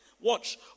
Watch